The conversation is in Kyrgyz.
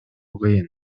кыйын